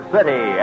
City